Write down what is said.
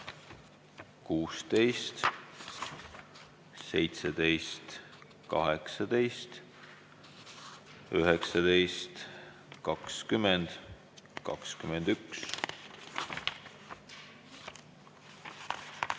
16, 17, 18, 19, 20, 21